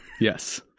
Yes